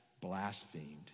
blasphemed